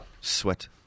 Sweat